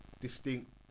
distinct